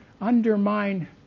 undermine